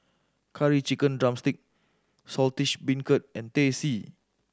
Curry Chicken drumstick Saltish Beancurd and Teh C